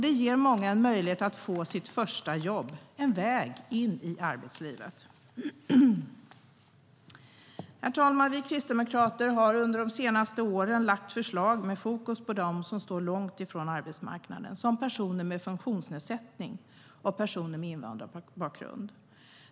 Det ger många en möjlighet att få sitt första jobb. Det är en väg in i arbetslivet. Herr talman! Vi kristdemokrater har under de senaste åren lagt fram förslag med fokus på dem som står långt ifrån arbetsmarknaden, som personer med funktionsnedsättning och personer med invandrarbakgrund.